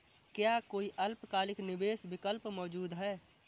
क्या कोई अल्पकालिक निवेश विकल्प मौजूद है?